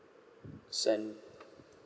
cen~